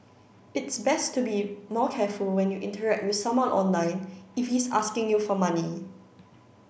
it's best to be more careful when you interact with someone online if he's asking you for money